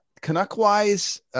Canuck-wise